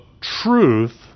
truth